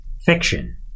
fiction